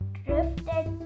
drifted